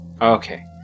Okay